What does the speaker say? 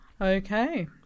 Okay